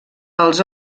els